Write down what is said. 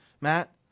Matt